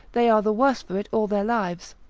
they are the worse for it all their lives.